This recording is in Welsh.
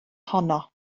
honno